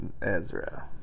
Ezra